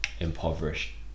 impoverished